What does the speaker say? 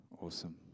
awesome